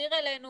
תעביר אלינו